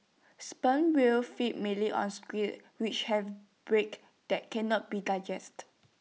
sperm whales feed mainly on squid which have beaks that cannot be digested